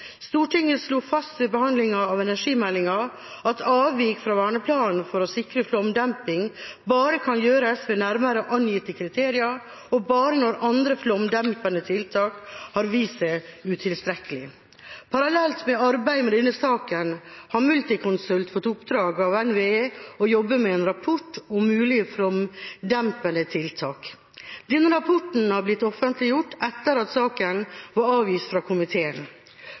Stortinget slo fast ved behandlingen av energimeldingen at avvik fra verneplanen for å sikre flomdemping bare kan gjøres ved nærmere angitte kriterier, og bare når andre flomdempende tiltak har vist seg utilstrekkelige. Parallelt med arbeidet med denne saken har Multiconsult fått i oppdrag av NVE å jobbe med en rapport om mulige flomdempende tiltak. Denne rapporten har blitt offentliggjort etter at saken var avgitt fra komiteen.